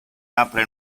apre